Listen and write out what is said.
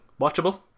watchable